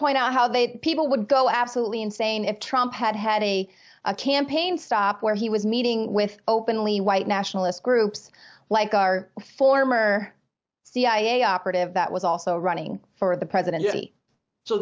point out how they people would go absolutely insane at trump had had a campaign stop where he was meeting with openly white nationalist groups like our former cia operative that was also running for the presidency so